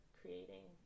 creating